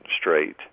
straight